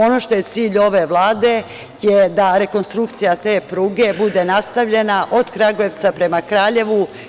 Ono što je cilj ove Vlade je da rekonstrukcija te pruge bude nastavljena od Kragujevca prema Kraljevu.